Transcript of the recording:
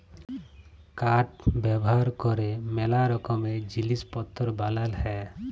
কাঠ ব্যাভার ক্যরে ম্যালা রকমের জিলিস পত্তর বালাল হ্যয়